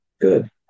good